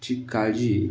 ची काळजी